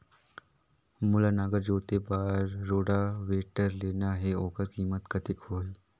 मोला नागर जोते बार रोटावेटर लेना हे ओकर कीमत कतेक होही?